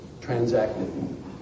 transacted